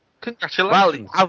Congratulations